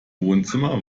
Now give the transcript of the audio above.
wohnzimmer